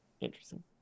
Interesting